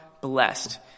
blessed